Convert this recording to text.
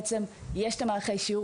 למעשה היום יש את מערכי השיעור,